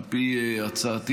על פי הצעתי,